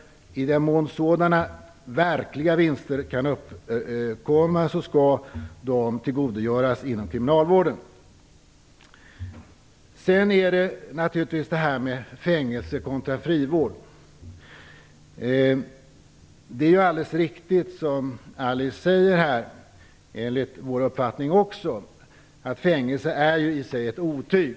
I den mån verkliga vinster kan uppkomma skall de tillgodogöras inom kriminalvården. Det handlar naturligtvis också om fängelse kontra frivård. Vi tycker, som Alice Åström, att fängelser i sig är ett otyg.